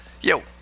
yo